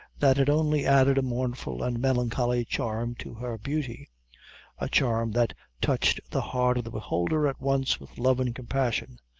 that it only added a mournful and melancholy charm to her beauty a charm that touched the heart of the beholder at once with love and compassion.